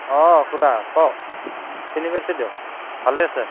অঁ খুৰা কওক চিনি পাইছোঁ দিয়ক ভালেই আছে